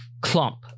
clump